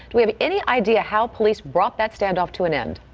we have any idea how police brought that standoff to an end.